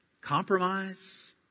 Compromise